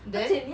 then